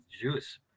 juice